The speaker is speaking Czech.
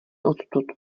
odtud